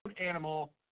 animal